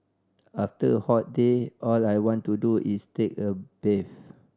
after a hot day all I want to do is take a bath